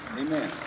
amen